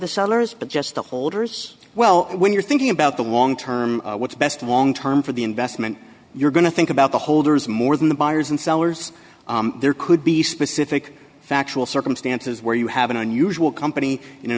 the sellers but just the holders well when you're thinking about the long term what's best long term for the investment you're going to think about the holders more than the buyers and sellers there could be specific factual circumstances where you have an unusual company in an